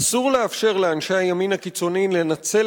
אסור לאפשר לאנשי הימין הקיצוני לנצל